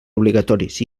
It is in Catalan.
obligatoris